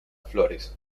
flores